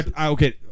Okay